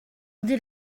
did